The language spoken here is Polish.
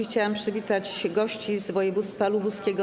Chciałam przywitać gości z województwa lubuskiego.